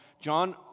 John